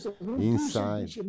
inside